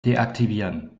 deaktivieren